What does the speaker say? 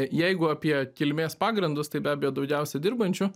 jeigu apie kilmės pagrindus tai be abejo daugiausia dirbančių